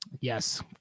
Yes